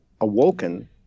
awoken